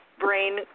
brain